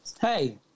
Hey